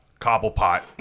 Cobblepot